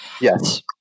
Yes